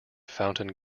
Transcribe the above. fountain